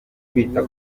kwita